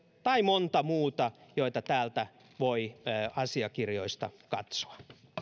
tai monta muuta joita täältä voi asiakirjoista katsoa